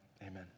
amen